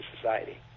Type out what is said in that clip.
society